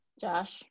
Josh